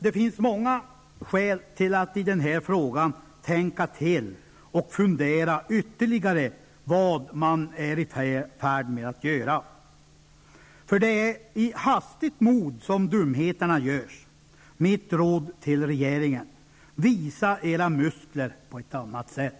Det finns många skäl att tänka till i den här frågan och fundera ytterligare över vad man är i färd med att göra. Det är i hastigt mod som dumheterna görs. Mitt råd till regeringen är: Visa era muskler på ett annat sätt!